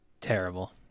terrible